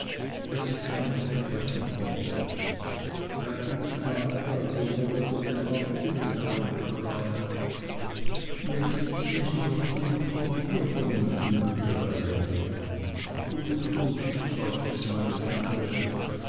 daß ich kein wort sprechen konnte traddles tat als ob er unter den papieren herumkrame jetzt miß trotwood kommt ihr vermögen an die reihe gut gut seufzte meine tante